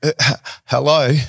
hello